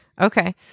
Okay